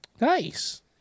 Nice